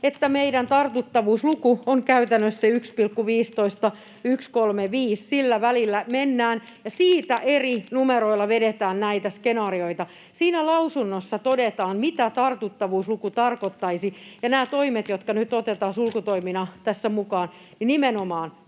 että meidän tartuttavuusluku on käytännössä 1,15—1,35, sillä välillä mennään, ja siitä eri numeroilla vedetään näitä skenaarioita. Siinä lausunnossa todetaan, mitä tartuttavuusluku tarkoittaisi, ja nämä toimet, jotka nyt otetaan sulkutoimina tässä mukaan, tehdään